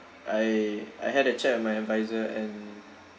I I had a chat with my advisor and